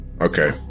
Okay